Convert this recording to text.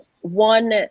one